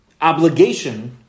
obligation